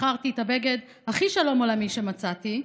בחרתי את הבגד הכי "שלום עולמי" שמצאתי,